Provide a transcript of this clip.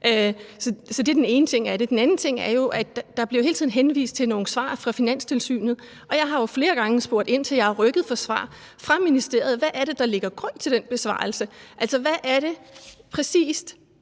Det er den ene ting af det. Den anden ting er jo, er der hele tiden bliver henvist til nogle svar fra Finanstilsynet, og jeg har jo flere gange spurgt ind til, og jeg har rykket for svar fra ministeriet om, hvad det er, der ligger til grund for den besvarelse. Altså, hvad er det præcis,